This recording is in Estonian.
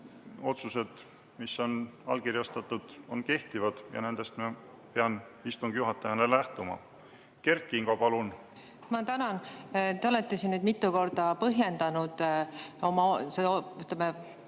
Otsused, mis on allkirjastatud, on kehtivad ja nendest ma pean istungi juhatajana lähtuma. Kert Kingo, palun! Ma tänan! Te olete siin mitu korda põhjendanud pretensiooni